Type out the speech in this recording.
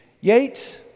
Yates